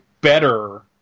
better